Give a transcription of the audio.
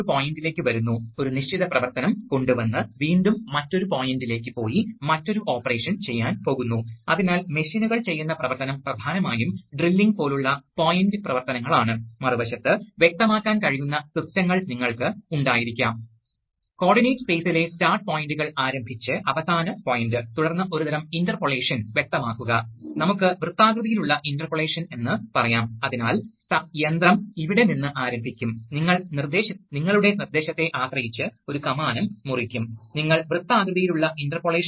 ഒരുതരം electric to pneumatic converter ആയിരിക്കും അതും സാധ്യമാണ് അതിനാൽ വിവിധ മാർഗങ്ങളുണ്ട് സാധാരണയായി ഇലക്ട്രിക് ടു ന്യൂമാറ്റിക് കൺട്രോളർ എന്താണ് ഉപയോഗം കാരണം ഇലക്ട്രിക് സിഗ്നൽ വളരെ ലളിതമായി ജനറേറ്റ് ചെയ്യാനും നമുക്ക് കമ്പ്യൂട്ടറുകൾ ഉപയോഗിക്കാനും കഴിയും ഇലക്ട്രിക് സിഗ്നലിലെ വിവിധതരം സിഗ്നൽ പ്രോസസ്സിംഗ് നമുക്ക് സാധ്യമാണ് മാത്രമല്ല സുരക്ഷയുടെ ആവശ്യകതയ്ക്കോ ഉയർന്ന ഊർജ്ജത്തിനായോ ന്യൂമാറ്റിക് സിഗ്നലിലേക്ക് നമ്മൾ പരിവർത്തനം ചെയ്യാറുണ്ട്